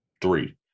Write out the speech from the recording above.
Three